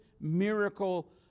miracle